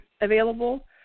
available